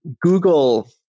Google